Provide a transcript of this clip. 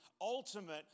ultimate